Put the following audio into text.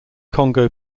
congo